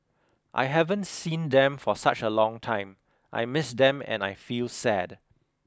I haven't seen them for such a long time I miss them and I feel sad